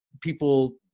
people